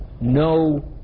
no